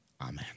Amen